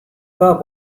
bob